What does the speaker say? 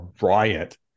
riot